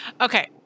okay